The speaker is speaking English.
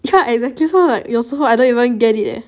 ya exactly lor so like you also I don't even get it leh